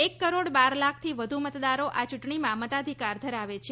એક કરોડ બાર લાખથી વધુ મતદારો આ યૂંટણીમાં મતાધિકાર ધરાવે છે